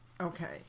Okay